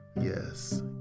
Yes